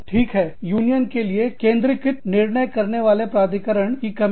ठीक है यूनियन के लिए केंद्रीकृत निर्णय करने वाला प्राधिकरण अधिकारी की कमी